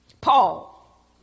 Paul